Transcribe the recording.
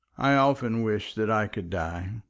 i often wish that i could die.